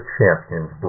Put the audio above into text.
Champions